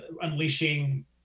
unleashing